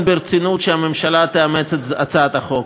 ברצינות שהממשלה תאמץ את הצעת החוק.